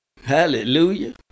Hallelujah